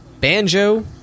banjo